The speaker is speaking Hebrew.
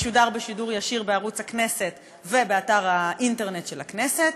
משודר בשידור ישיר בערוץ הכנסת ובאתר האינטרנט של הכנסת,